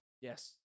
Yes